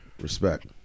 respect